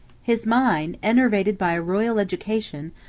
his mind, enervated by a royal education,